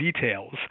details